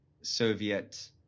Soviet